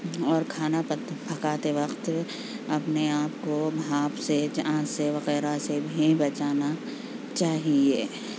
اور کھانا پت پکاتے وقت اپنے آپ کو بھانپ سے آنچ سے وغیرہ سے بھی بچانا چاہیے